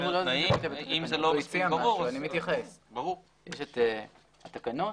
יש את התקנות,